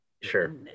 sure